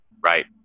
Right